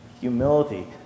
Humility